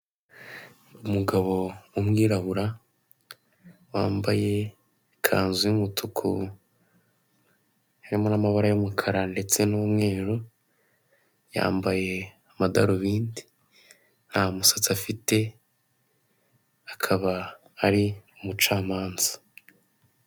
Ndabona ibicu by'umweru ndabona ahandi higanjemo ibara ry'ubururu bw'ikirere ndabona inkuta zubakishijwe amatafari ahiye ndabona ibiti binyuze muri izo nkuta ndabona imfungwa cyangwa se abagororwa nta misatsi bafite bambaye inkweto z'umuhondo ubururu n'umukara ndabona bafite ibikoresho by'ubuhinzi n'umusaruro ukomoka ku buhinzi nk'ibihaza ndabona bafite amasuka, ndabona iruhande rwabo hari icyobo.